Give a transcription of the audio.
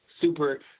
super